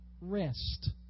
rest